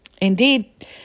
Indeed